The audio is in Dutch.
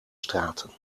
straten